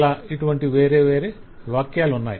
' ఇలా వేర్వేరు వాక్యాలున్నాయి